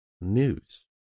news